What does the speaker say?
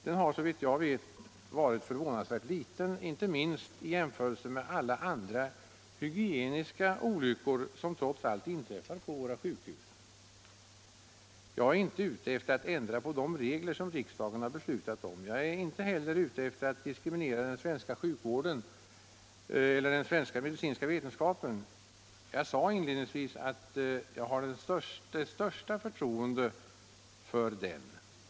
Den har, såvitt jag vet, varit förvånansvärt liten, inte minst med tanke på alla andra hygieniska olyckor som trots allt inträffar på våra sjukhus. Jag är inte ute för att ändra på de regler som riksdagen har beslutat om och inte heller för att diskriminera den svenska medicinska vetenskapen. Jag sade inledningsvis att jag har det största förtroende för den.